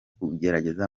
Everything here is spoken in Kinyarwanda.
kugerageza